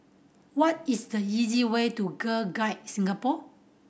what is the easy way to Girl Guides Singapore